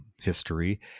history